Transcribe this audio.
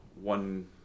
one